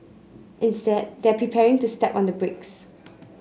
instead they're prepared to step on the brakes